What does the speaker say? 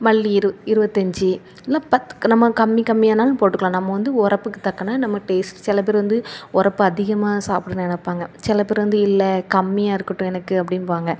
மல்லி இரு இருபத்தஞ்சி இல்லைனா பத் நம்ம கம்மி கம்மியான்னாலும் போட்டுக்கலாம் நம்ம வந்து உரப்புக்கு தக்கன நம்ம டேஸ்ட் சிலப் பேர் வந்து உரப்பு அதிகமாக சாப்பிட நினப்பாங்க சிலப் பேர் வந்து இல்லை கம்மியாக இருக்கட்டும் எனக்கு அப்படிம்பாங்க